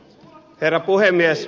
herra puhemies